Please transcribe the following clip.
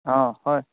অঁ হয়